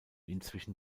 inzwischen